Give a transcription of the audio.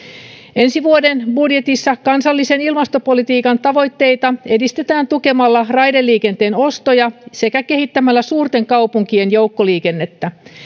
ensi vuoden budjetissa kansallisen ilmastopolitiikan tavoitteita edistetään tukemalla raideliikenteen ostoja sekä kehittämällä suurten kaupunkien joukkoliikennettä